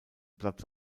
platz